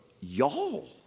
y'all